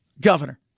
Governor